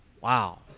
Wow